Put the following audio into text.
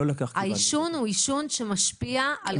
העישון משפיע על איכות חיי.